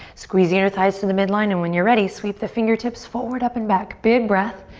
squeeze the inner thighs through the midline and when you're ready, sweep the fingertips forward, up and back. big breath,